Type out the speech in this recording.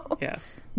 Yes